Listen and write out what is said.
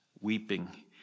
weeping